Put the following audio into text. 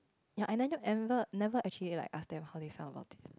ya and then you ever never actually like ask them how they felt a lot of things